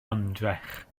ymdrech